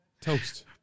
Toast